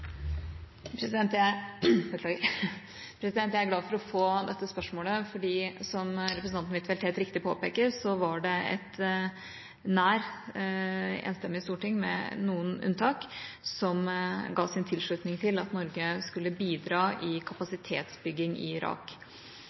Irak? Jeg er glad for å få dette spørsmålet, for som representanten Huitfeldt helt riktig påpeker, var det et nær enstemmig storting, med noen unntak, som ga sin tilslutning til at Norge skulle bidra i kapasitetsbygging i Irak.